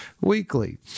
weekly